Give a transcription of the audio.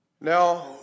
Now